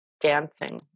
dancing